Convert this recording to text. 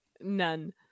None